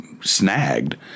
snagged